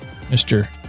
Mr